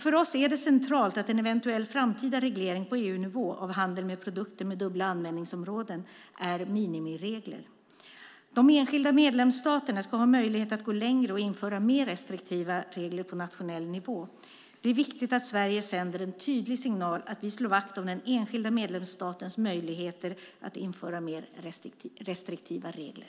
För oss är det centralt att en eventuell framtida reglering på EU-nivå av handel med produkter med dubbla användningsområden är minimiregler. De enskilda medlemsstaterna ska ha möjlighet att gå längre och införa mer restriktiva regler på nationell nivå. Det är viktigt att Sverige sänder en tydlig signal att vi slår vakt om den enskilda medlemsstatens möjligheter att införa mer restriktiva regler.